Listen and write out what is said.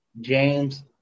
James